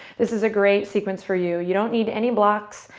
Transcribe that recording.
this is a great sequence for you. you don't need any blocks,